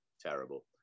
terrible